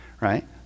right